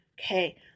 Okay